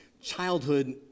childhood